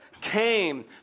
Came